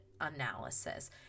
analysis